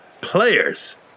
players